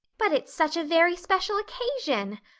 but it's such a very special occasion,